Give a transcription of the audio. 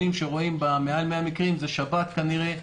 שרואים מעל 100 מקרים זה שבת כנראה,